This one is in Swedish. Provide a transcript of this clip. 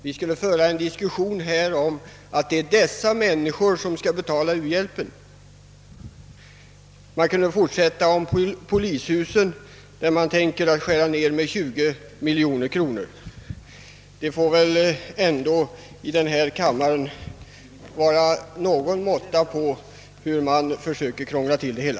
Vi skulle med samma rätt kunna säga, att det är de människor som bor i dessa hus som får betala u-hjälpen. Man skulle på detta sätt kunna fortsätta och peka på t.ex. förslaget om en minskning av anslaget till byggande av polishus med 20 miljoner kronor. Det får väl ändå i denna kammare vara någon måtta på försöken att krångla till det hela.